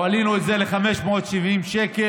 והעלינו את זה ל-570 שקל.